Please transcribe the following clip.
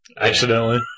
Accidentally